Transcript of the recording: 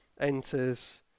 enters